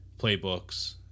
playbooks